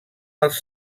als